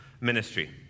ministry